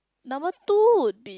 number two would be